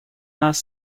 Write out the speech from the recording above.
нас